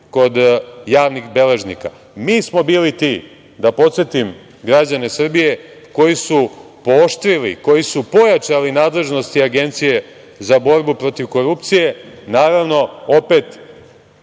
kod javnih beležnika. Mi smo bili ti, da podsetim građane Srbije, koji su pooštrili, koji su pojačali nadležnosti Agencije za borbu protiv korupcije. Naravno, opet,